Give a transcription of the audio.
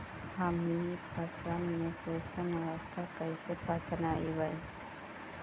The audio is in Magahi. हमनी फसल में पुष्पन अवस्था कईसे पहचनबई?